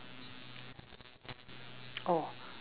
oh